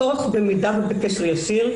ההמלצה הראשונה היא לגבי הצורך במידע ובקשר ישיר.